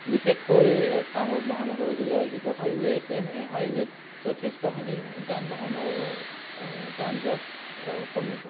বিশেষকৈ কামৰূপ মহানগৰ জিলাৰ যিটো হাইৱে আছে সেই হাইৱে যথেষ্ট খিনি যান বাহনৰ যান জঁট কমিব